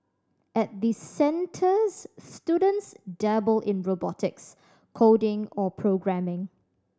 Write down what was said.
at the centres students dabble in robotics coding or programming